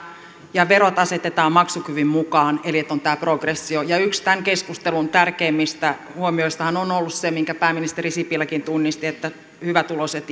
ja verot asetetaan maksukyvyn mukaan eli että on tämä progressio yksi tämän keskustelun tärkeimmistä huomioistahan on on ollut se minkä pääministeri sipiläkin tunnisti että hyvätuloiset